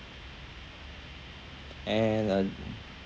and uh